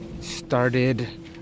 started